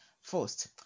first